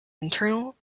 internal